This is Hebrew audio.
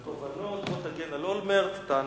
בוא תגן על אולמרט, תענוג.